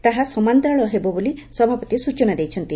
ତାହା ସମାନ୍ତରାଳ ହେବ ବୋଲି ସଭାପତି ସୂଚନା ଦେଇଛନ୍ତି